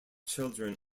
children